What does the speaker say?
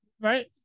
right